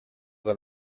del